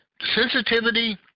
Sensitivity